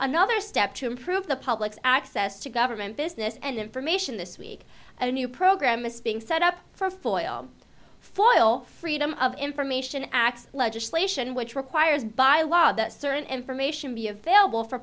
another step to improve the public's access to government business and information this week a new program set up for foil for oil freedom of information act legislation which requires by law that certain information be available for